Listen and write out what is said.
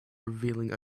revealing